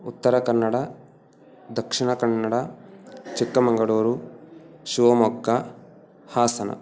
Uttara Kannada Dakshina Kannada Chikkamagaluru Shivamogga Hassan